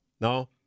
No